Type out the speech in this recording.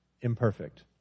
imperfect